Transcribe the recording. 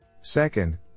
Second